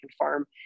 confirm